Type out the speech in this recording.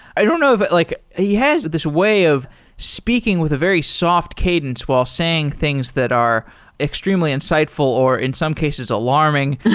i don't know, but like he has this way of speaking with a very soft cadence while saying things that are extremely insightful, or in some cases, alarming.